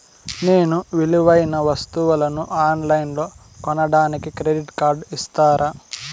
నేను విలువైన వస్తువులను ఆన్ లైన్లో కొనడానికి క్రెడిట్ కార్డు ఇస్తారా?